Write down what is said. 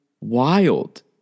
wild